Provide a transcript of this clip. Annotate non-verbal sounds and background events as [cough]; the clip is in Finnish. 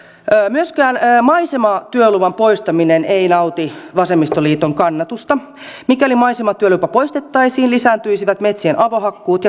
myöskään maisematyöluvan poistaminen ei nauti vasemmistoliiton kannatusta mikäli maisematyölupa poistettaisiin lisääntyisivät metsien avohakkuut [unintelligible]